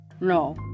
No